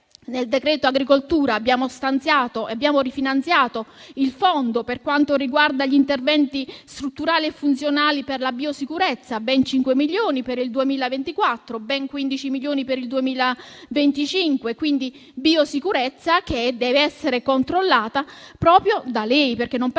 Nel decreto agricoltura abbiamo rifinanziato il fondo per quanto riguarda gli interventi strutturali e funzionali per la biosicurezza, ben 5 milioni per il 2024 e 15 milioni per il 2025: biosicurezza che deve essere controllata proprio da lei, perché non penso che i fondi stanziati,